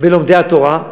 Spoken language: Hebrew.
בלומדי התורה,